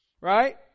Right